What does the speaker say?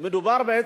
ישיב לך